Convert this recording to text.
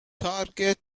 target